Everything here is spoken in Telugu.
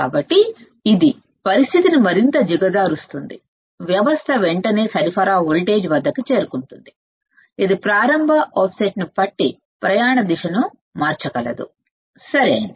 కాబట్టి ఇది పరిస్థితిని మరింత దిగజార్చుతుందివ్యవస్థ వెంటనే సరఫరా వోల్టేజ్ వద్దకి చేరుకుంటుంది ఇది ప్రారంభ ఆఫ్సెట్ను బట్టి ప్రయాణదిశను మార్చగలదు సరియైనది